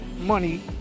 money